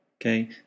Okay